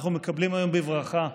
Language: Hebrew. אנחנו מקבלים היום בברכה,